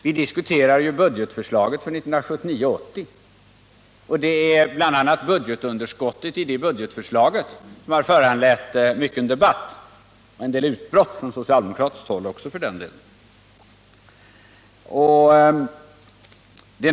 Vi diskuterar ju budgetförslaget för 1979/80, och det är bl.a. budgetunderskottet i det budgetförslaget som har föranlett mycken debatt — en del utbrott från socialdemokratiskt håll också för den delen.